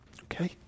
Okay